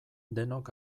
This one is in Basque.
denok